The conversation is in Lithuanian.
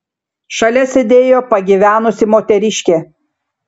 šalia sėdėjo pagyvenusi moteriškė